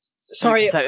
Sorry